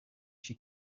she